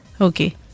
Okay